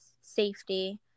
safety